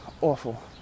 Awful